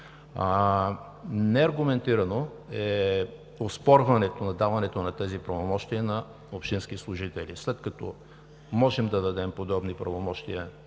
Неаргументирано е оспорването на даването на тези пълномощия на общински служители. След като можем да дадем подобни правомощия